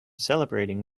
celebrating